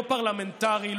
לא פרלמנטרי,